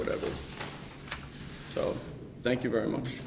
whatever so thank you very much